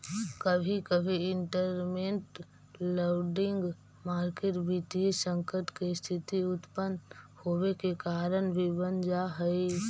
कभी कभी इंटरमेंट लैंडिंग मार्केट वित्तीय संकट के स्थिति उत्पन होवे के कारण भी बन जा हई